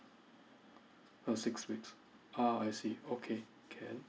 uh six weeks ah I see okay can